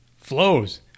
Flows